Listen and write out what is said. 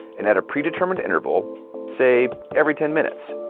and at a pre determined interval say every ten minutes,